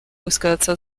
высказаться